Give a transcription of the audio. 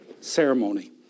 ceremony